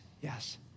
yes